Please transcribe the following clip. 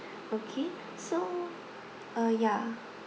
okay so uh ya